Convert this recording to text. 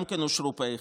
גם כן אושרו פה אחד.